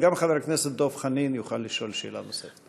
וגם חבר הכנסת דב חנין יוכל לשאול שאלה נוספת.